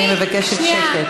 אני מבקשת שקט.